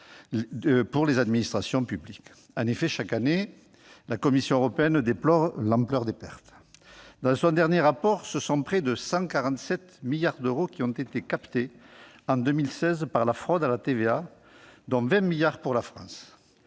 pour les administrations publiques. En effet, chaque année, la Commission européenne déplore l'ampleur des pertes. Dans son dernier rapport, ce sont près de 147 milliards d'euros qui ont été captés en 2016 par la fraude à la TVA, dont 20 milliards d'euros pour la France.